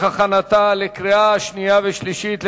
התש"ע 2009,